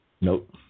Nope